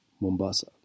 Mombasa